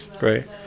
Right